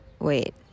wait